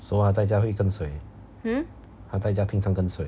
so 它在家会跟谁他在家平常跟谁